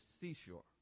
seashore